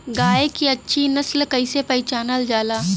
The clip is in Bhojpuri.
गाय के अच्छी नस्ल कइसे पहचानल जाला?